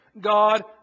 God